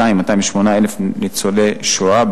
208,000 ניצולי השואה,